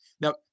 Now